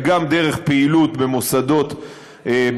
זה גם דרך פעילות במוסדות בין-לאומיים,